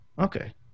Okay